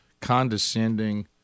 condescending